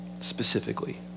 Specifically